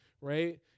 right